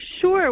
Sure